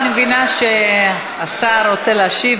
אני מבינה שהשר רוצה להשיב.